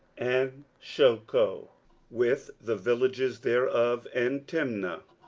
and shocho with the villages thereof, and timnah